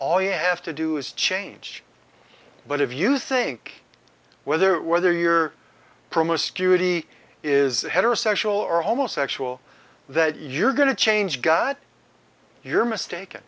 all you have to do is change but if you think whether it whether you're promiscuity is heterosexual or homosexual that you're going to change god you're mistake